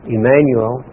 Emmanuel